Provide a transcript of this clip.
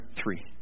three